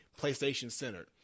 PlayStation-centered